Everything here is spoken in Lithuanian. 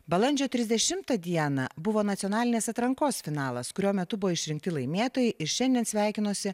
balandžio trisdešimtą dieną buvo nacionalinės atrankos finalas kurio metu buvo išrinkti laimėtojai ir šiandien sveikinuosi